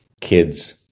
kids